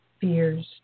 fears